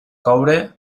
coure